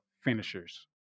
finishers